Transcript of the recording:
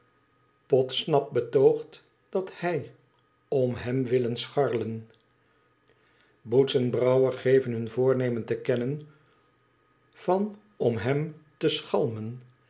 fodsnap betoogt dat hij om hem willen scharlen boots en brouwer geven hun toomemen te kennen van om hem te schalmen